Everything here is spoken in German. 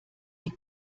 die